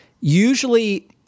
usually